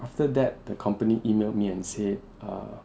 after that the company emailed me and said err